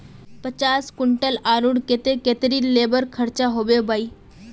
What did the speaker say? पचास कुंटल आलूर केते कतेरी लेबर खर्चा होबे बई?